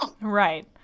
Right